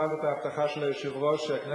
קיבלת את ההבטחה של היושב-ראש שהכנסת,